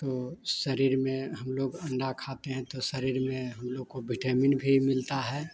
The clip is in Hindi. तो शरीर में हम लोग अंडा खाते हैं तो शरीर में हम लोग को बिटैमिन भी मिलता है